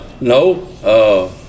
no